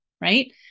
right